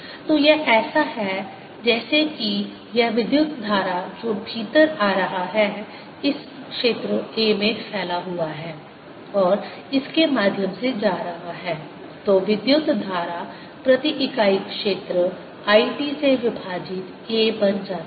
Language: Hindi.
तो यह ऐसा है जैसे कि यह विद्युत धारा जो भीतर आ रहा है इस क्षेत्र a में फैला हुआ है और फिर इसके माध्यम से जा रहा है तो विद्युत धारा प्रति इकाई क्षेत्र It से विभाजित a बन जाता है